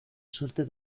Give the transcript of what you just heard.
suerte